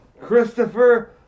Christopher